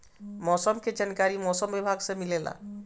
मौसम के जानकारी मौसम विभाग से मिलेला?